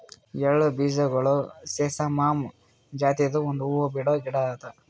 ಎಳ್ಳ ಬೀಜಗೊಳ್ ಸೆಸಾಮಮ್ ಜಾತಿದು ಒಂದ್ ಹೂವು ಬಿಡೋ ಗಿಡ ಅದಾ